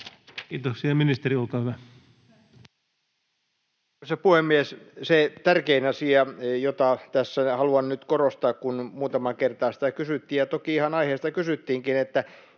Time: 18:48 Content: Arvoisa puhemies! Se tärkein asia, jota tässä haluan nyt korostaa, kun muutamaan kertaan sitä kysyttiin — ja toki ihan aiheesta kysyttiinkin: mikä